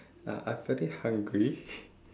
uh I very hungry